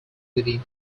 within